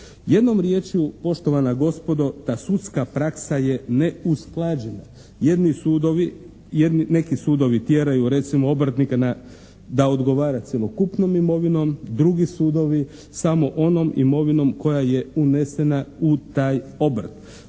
Jednom riječju poštovana gospodo da sudska praksa je neusklađena. Jedni sudovi, neki sudovi tjeraju recimo obrtnike da odgovara cjelokupnom imovinom. Drugi sudovi samo onom imovinom koja je unesena u taj obrt.